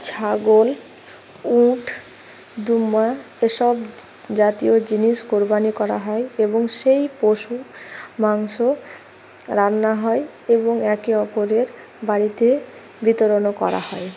ছাগল উট দুমা এসব জাতীয় জিনিস কোরবানি করা হয় এবং সেই পশু মাংস রান্না হয় এবং একে অপরের বাড়িতে বিতরণও করা হয়